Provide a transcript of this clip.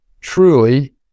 truly